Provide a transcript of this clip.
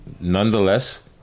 nonetheless